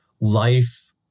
life